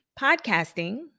podcasting